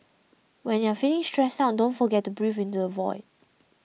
when you are feeling stressed out don't forget to breathe into the void